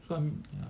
um you know